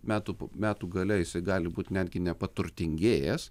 metų metų gale jisai gali būti netgi nepaturtingėjęs